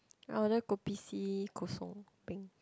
I will like kopi C kosong peng